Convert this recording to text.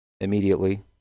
immediately